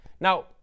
Now